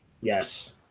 Yes